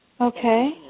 Okay